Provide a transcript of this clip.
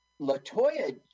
Latoya